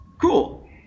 cool